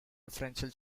differential